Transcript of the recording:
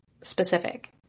specific